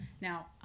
now